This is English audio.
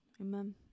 Amen